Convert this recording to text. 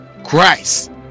christ